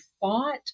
fought